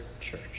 church